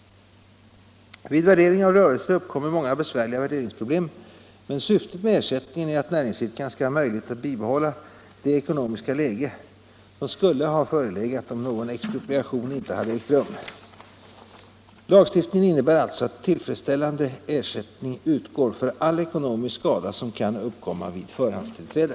Vid värdering av rörelse uppkommer många besvärliga värderingsproblem, men syftet med ersättningen är att näringsidkaren skall ha möjlighet att bibehålla det ekonomiska läge som skulle ha förelegat om någon expropriation inte hade ägt rum. Lagstiftningen innebär alltså att tillfredsställande ersättning utgår för all ekonomisk skada som kan uppkomma vid förhandstillträde.